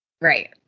Right